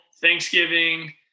Thanksgiving